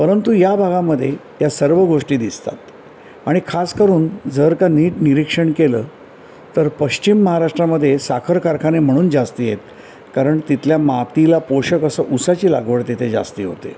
परंतु या भागामध्ये या सर्व गोष्टी दिसतात आणि खासकरून जर का नीट निरीक्षण केलं तर पश्चिम महाराष्ट्रामध्ये साखर कारखाने म्हणून जास्त आहेत कारण तिथल्या मातीला पोषक असं उसाची लागवड तेथे जास्त होते